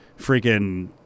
freaking